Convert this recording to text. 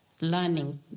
Learning